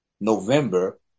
November